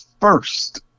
first